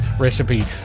recipe